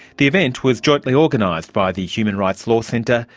the event was jointly organised by the human rights law centre,